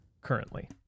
currently